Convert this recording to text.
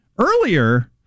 earlier